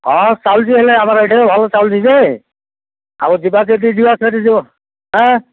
ହଁ ଚାଲୁଛି ହେଲେ ଆମର ଏଇଠା ଭଲ ଚାଲୁଛି ଯେ ଆଉ ଯିବା ଯଦି ଯିବା ସେଠି ଯିବ ହେଁ